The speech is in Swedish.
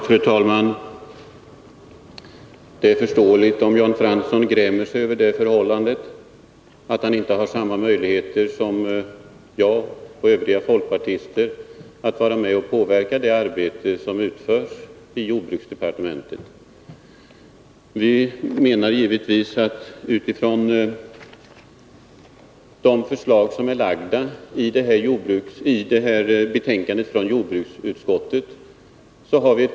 Fru talman! Det är förståeligt om Jan Fransson grämer sig över det förhållandet att han inte har samma möjligheter som jag och övriga folkpartister att vara med och påverka det arbete som utförs i jordbruksdepartementet. Vi anser att vi har ett gott underlag att arbeta vidare på med utgångspunkt i detta betänkande från jordbruksutskottet.